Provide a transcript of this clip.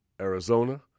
Arizona